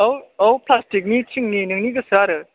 औ औ फ्लास्टिकनि थिंनि नोंनि गोसो आरो